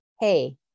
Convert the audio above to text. hey